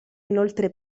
inoltre